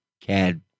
CAD